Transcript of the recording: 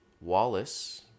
Wallace